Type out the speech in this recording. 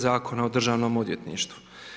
Zakona o Državnom odvjetništvu.